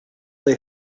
they